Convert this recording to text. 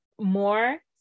more